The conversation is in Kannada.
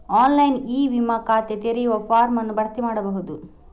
ಆನ್ಲೈನ್ ಇ ವಿಮಾ ಖಾತೆ ತೆರೆಯುವ ಫಾರ್ಮ್ ಅನ್ನು ಭರ್ತಿ ಮಾಡಬಹುದು